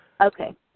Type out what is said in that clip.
Okay